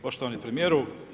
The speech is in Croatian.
Poštovani premijeru.